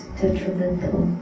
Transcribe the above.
detrimental